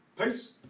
Peace